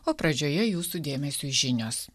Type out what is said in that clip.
o pradžioje jūsų dėmesiui žinios